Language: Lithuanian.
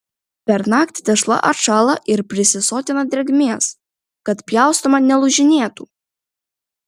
per naktį tešla atšąla ir prisisotina drėgmės kad pjaustoma nelūžinėtų